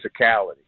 physicality